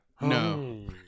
No